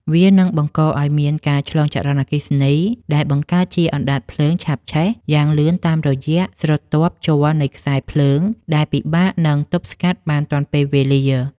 វានឹងបង្កឱ្យមានការឆ្លងចរន្តអគ្គិសនីដែលបង្កើតជាអណ្ដាតភ្លើងឆាបឆេះយ៉ាងលឿនតាមរយៈស្រទាប់ជ័រនៃខ្សែភ្លើង ដែលពិបាកនឹងទប់ស្កាត់បានទាន់ពេលវេលា។